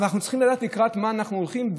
אבל אנחנו צריכים לדעת לקראת מה אנחנו הולכים,